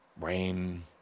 rain